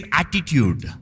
attitude